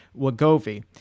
Wagovi